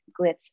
glitz